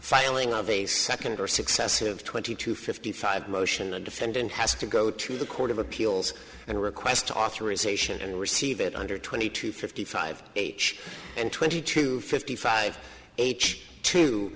filing of a second or successive twenty two fifty five motion a defendant has to go to the court of appeals and request authorization and receive it under twenty two fifty five and twenty two fifty five age to